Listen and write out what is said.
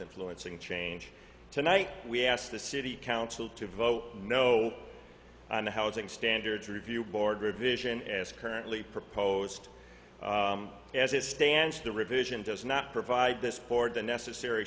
influence and change tonight we asked the city council to vote no on the housing standards review board revision as currently proposed as it stands the revision does not provide this board the necessary